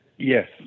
Yes